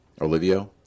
Olivia